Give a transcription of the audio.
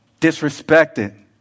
disrespected